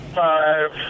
five